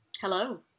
hello